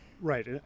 Right